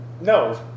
No